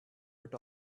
but